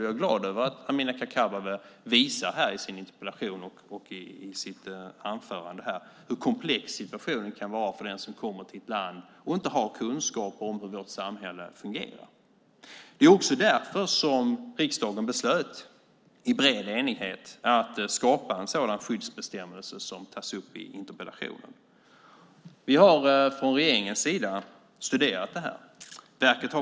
Jag är glad att Amineh Kakabaveh i sin interpellation och i sitt anförande visar hur komplex situationen kan vara för den som kommer till ett land och inte har kunskap om hur vårt samhälle fungerar. Det är också därför som riksdagen i bred enighet beslutade att skapa en sådan skyddsbestämmelse som tas upp i interpellationen. Regeringen har studerat det här.